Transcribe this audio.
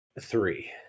Three